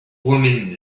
woman